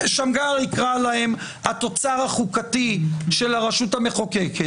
שמגר יקרא להם "התוצר החוקתי של הרשות המחוקקת